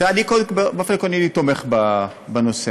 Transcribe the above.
תראה, אני באופן עקרוני תומך בנושא